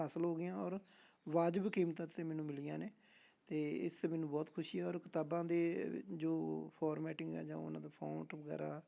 ਹਾਸਲ ਹੋ ਗਈਆਂ ਔਰ ਵਾਜਿਬ ਕੀਮਤਾਂ 'ਤੇ ਮੈਨੂੰ ਮਿਲੀਆਂ ਨੇ ਅਤੇ ਇਸ 'ਤੇ ਮੈਨੂੰ ਬਹੁਤ ਖੁਸ਼ੀ ਔਰ ਕਿਤਾਬਾਂ ਦੇ ਜੋ ਫੋਰਮੈਟਿੰਗ ਆ ਜਾਂ ਉਹਨਾਂ ਦਾ ਫੋਂਟ ਵਗੈਰਾ